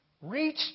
reach